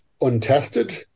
untested